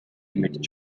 мэдэж